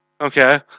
Okay